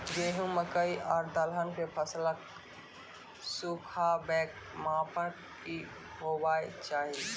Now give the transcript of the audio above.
गेहूँ, मकई आर दलहन के फसलक सुखाबैक मापक की हेवाक चाही?